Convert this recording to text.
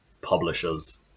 publishers